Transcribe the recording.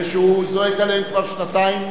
ושהוא צועק עליהן כבר שנתיים,